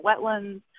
wetlands